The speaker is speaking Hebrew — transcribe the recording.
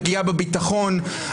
פגיעה בביטחון.